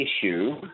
issue